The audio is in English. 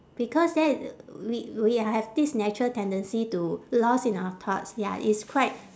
because that we we have this natural tendency to lost in our thoughts ya it's quite